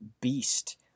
beast